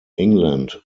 england